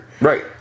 Right